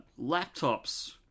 laptops